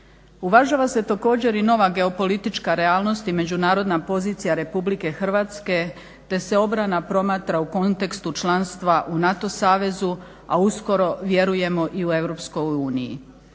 Uvažava se također i nova geopolitička realnost i međunarodna pozicija Republike Hrvatske, te se obrana promatra u kontekstu članstva u NATO savezu, a uskoro vjerujemo i u